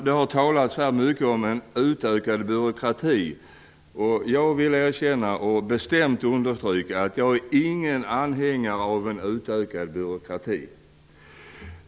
Det har här talats mycket om en utökad byråkrati. Jag vill bestämt understryka att jag inte är någon anhängare av en utökad byråkrati.